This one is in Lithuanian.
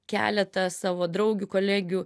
keletą savo draugių kolegių